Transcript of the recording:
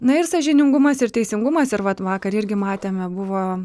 na ir sąžiningumas ir teisingumas ir vat vakar irgi matėme buvo